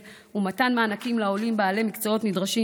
ומתן מענקים לעולים בעלי מקצועות נדרשים,